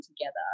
together